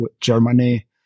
germany